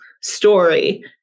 story